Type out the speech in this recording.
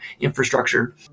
infrastructure